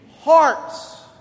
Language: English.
hearts